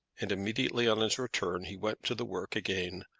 and immediately on his return he went to the work again,